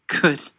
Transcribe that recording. Good